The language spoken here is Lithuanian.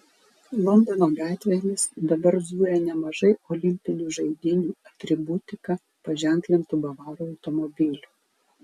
londono gatvėmis dabar zuja nemažai olimpinių žaidynių atributika paženklintų bavarų automobilių